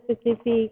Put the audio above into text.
specific